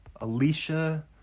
Alicia